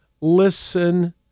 listen